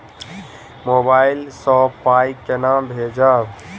Mobile सँ पाई केना भेजब?